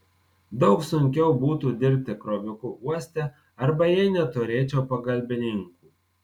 daug sunkiau būtų dirbti kroviku uoste arba jei neturėčiau pagalbininkų